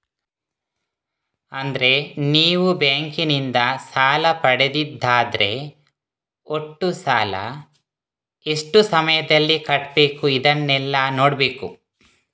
ಅಂದ್ರೆ ನೀವು ಬ್ಯಾಂಕಿನಿಂದ ಸಾಲ ಪಡೆದದ್ದಾದ್ರೆ ಒಟ್ಟು ಸಾಲ, ಎಷ್ಟು ಸಮಯದಲ್ಲಿ ಕಟ್ಬೇಕು ಇದನ್ನೆಲ್ಲಾ ನೋಡ್ಬೇಕು